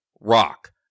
rock